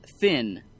thin